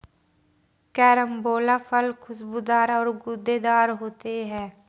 carambola फल खुशबूदार और गूदेदार होते है